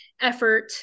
effort